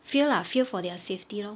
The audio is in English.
fear lah fear for their safety lor